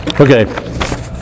Okay